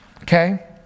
okay